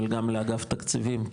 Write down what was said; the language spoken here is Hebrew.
אבל גם לאגף תקציבים,